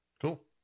Cool